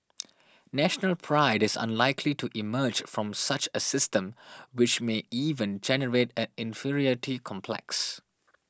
National Pride is unlikely to emerge from such a system which may even generate an inferiority complex